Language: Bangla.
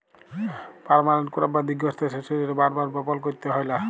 পার্মালেল্ট ক্রপ বা দীঘ্ঘস্থায়ী শস্য যেট বার বার বপল ক্যইরতে হ্যয় লা